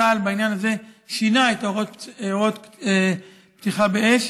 צה"ל שינה בעניין הזה את הוראות הפתיחה באש,